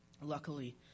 Luckily